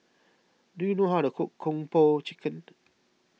do you know how to cook Kung Po Chicken